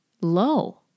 low